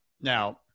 Now